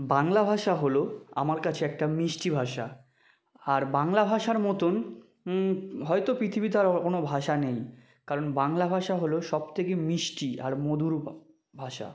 বাংলা ভাষা হলো আমার কাছে একটা মিষ্টি ভাষা আর বাংলা ভাষার মতোন হয়তো পৃথিবীতে আর কোনো ভাষা নেই কারণ বাংলা ভাষা হলো সব থেকে মিষ্টি আর মধুর ভাষা